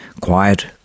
quiet